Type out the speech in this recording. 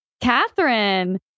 Catherine